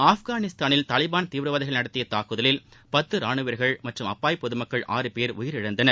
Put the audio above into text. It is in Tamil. ஆப்கானிஸ்தானில் தாலிபான் தீவிரவாதிகள் நடத்திய தாக்குதலில் பத்து ராணுவ வீரர்கள் மற்றும் அப்பாவி பொதுமக்கள் ஆறு பேர் உயிரிழந்தனர்